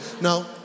No